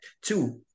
two